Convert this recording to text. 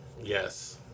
Yes